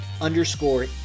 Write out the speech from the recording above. underscore